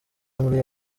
muri